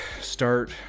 start